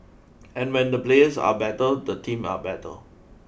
and when the players are better the team are better